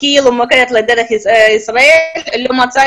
אין מקום